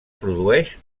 produeix